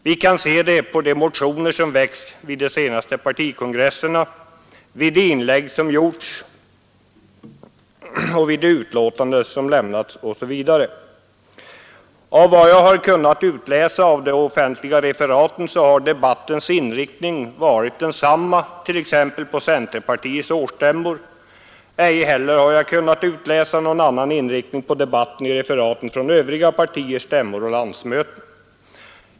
Vi kan se det på de motioner som väckts vid de senaste partikongresserna, av de inlägg som gjorts, de utlåtanden som avlämnats osv. Såvitt jag kunnat utläsa av de offentliga referaten har debattens inriktning varit densamma på t.ex. centerpartiets årsstämmor. Ej heller har jag kunnat utläsa någon annan inriktning av debatten i referaten från övriga partiers stämmor och landsmöten.